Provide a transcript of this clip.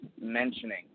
mentioning